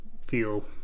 feel